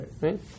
Right